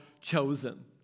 chosen